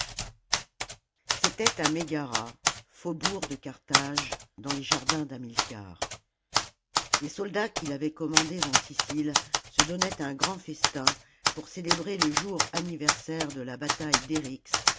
c'était à mégara faubourg de carthage dans les jardins d'hamilcar les soldats qu'il avait commandés en sicile se donnaient un grand festin pour célébrer le jour anniversaire de la bataille d'erjx